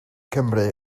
cymry